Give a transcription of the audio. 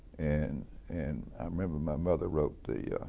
and and i remember my mother wrote the